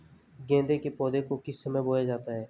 गेंदे के पौधे को किस समय बोया जाता है?